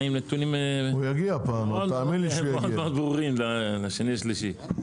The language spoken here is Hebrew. עם נתונים מאוד ברורים לישיבה ב-2 במרץ.